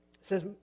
says